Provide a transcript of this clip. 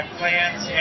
plants